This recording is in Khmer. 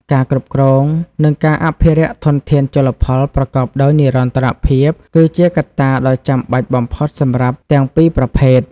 ការគ្រប់គ្រង និងការអភិរក្សធនធានជលផលប្រកបដោយនិរន្តរភាព គឺជាកត្តាដ៏ចាំបាច់បំផុតសម្រាប់ទាំងពីរប្រភេទ។